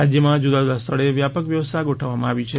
રાજ્યમાં જુદા જુદા સ્થળે વ્યાપક વ્યવસ્થા ગોઠવવામાં આવી છે